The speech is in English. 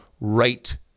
right